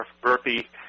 Burpee